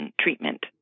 treatment